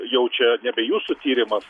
jau čia nebe jūsų tyrimas